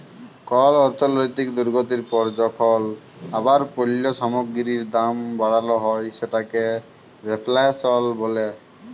call অর্থলৈতিক দুর্গতির পর যখল আবার পল্য সামগ্গিরির দাম বাড়াল হ্যয় সেটকে রেফ্ল্যাশল ব্যলে